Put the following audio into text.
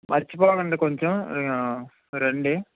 మర్చిపోకండి కొంచెం రండి